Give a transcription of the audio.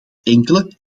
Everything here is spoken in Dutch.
enkele